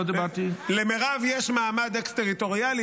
למירב יש מעמד אקס-טריטוריאלי,